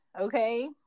okay